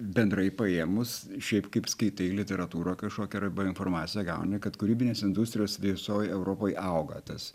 bendrai paėmus šiaip kaip skaitai literatūrą kažkokią arba informaciją gauni kad kūrybinės industrijos visoj europoj auga tas